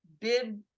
bid